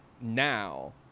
now